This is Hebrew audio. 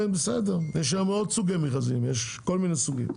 יש כל מיני סוגים של מכרזים.